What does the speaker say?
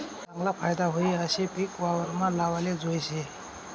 चागला फायदा व्हयी आशे पिक वावरमा लावाले जोयजे